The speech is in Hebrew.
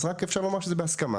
אז רק אפשר לומר שזה בהסכמה.